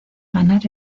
ganar